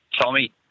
Tommy